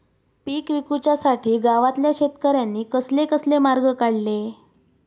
पीक विकुच्यासाठी गावातल्या शेतकऱ्यांनी कसले कसले मार्ग काढले?